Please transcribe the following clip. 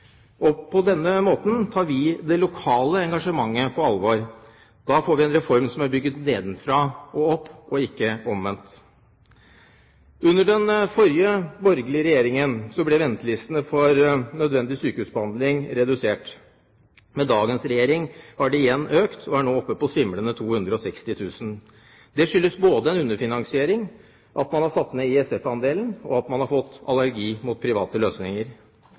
politikk. På denne måten tar vi det lokale engasjementet på alvor. Da får vi en reform som er bygget nedenfra og opp, og ikke omvendt. Under den forrige borgerlige regjeringen ble ventelistene for nødvendig sykehusbehandling redusert. Med dagens regjering har de igjen økt, og er nå oppe på svimlende 260 000. Det skyldes både en underfinansiering, at man har satt ned ISF-andelen, og at man har fått allergi mot private løsninger.